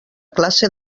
classe